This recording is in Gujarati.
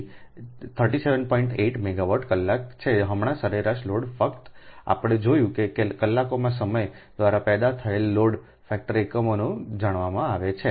8 મેગાવાટ કલાક છે હમણાં સરેરાશ લોડ ફક્ત આપણે જોયું છે કે કલાકોમાં સમય દ્વારા પેદા થયેલ લોડ ફેક્ટર એકમોને જાણવામાં આવે છે